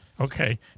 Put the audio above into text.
Okay